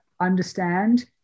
understand